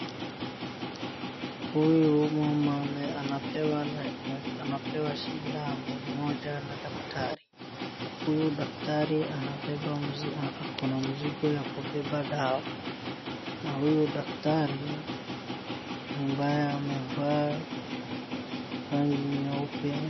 Huyu mama anapewa, anapewa sindano moja na daktari. Huyu daktari anabeba mzigo, ako na mzigo ya kubeba dawa, na huyu daktari, ambaye amevaa rangi nyeupe...